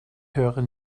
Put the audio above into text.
höre